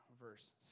verse